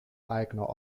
eigner